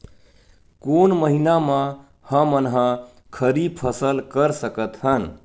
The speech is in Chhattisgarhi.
कोन महिना म हमन ह खरीफ फसल कर सकत हन?